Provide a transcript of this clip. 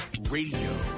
Radio